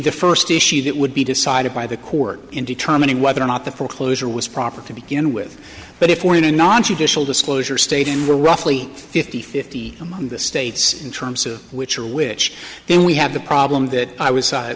the first issue that would be decided by the court in determining whether or not the foreclosure was proper to begin with but if we're in a nontraditional disclosure state in the roughly fifty fifty among the states in terms of which are which then we have the problem that i was